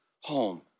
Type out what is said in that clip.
home